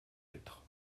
être